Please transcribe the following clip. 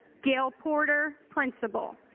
gail porter, principal.